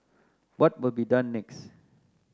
what will be done next